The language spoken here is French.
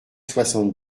soixante